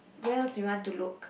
where else you want to look